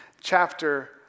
chapter